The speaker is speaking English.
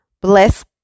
Bless